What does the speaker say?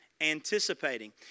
anticipating